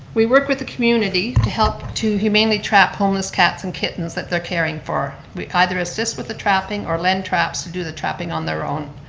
we work with the community to help to humanely trap homeless cats and kittens that they're caring for. we either assist with the trapping or lend traps to do the trapping on their own.